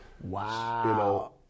wow